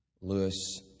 Lewis